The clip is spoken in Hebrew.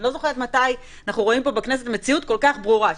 אני לא זוכרת מתי אנחנו רואים פה בכנסת מציאות כל כך ברורה,